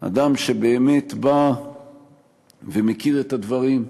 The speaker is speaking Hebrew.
אדם שבאמת בא ומכיר את הדברים,